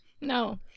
no